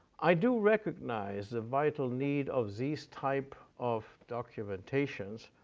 i do recognize the vital need of these type of documentations,